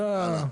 כן.